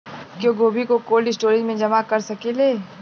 क्या गोभी को कोल्ड स्टोरेज में जमा कर सकिले?